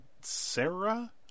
Sarah